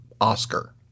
Oscar